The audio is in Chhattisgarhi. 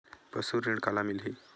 पशु ऋण काला मिलही?